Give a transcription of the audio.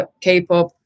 K-pop